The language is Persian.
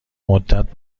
مدت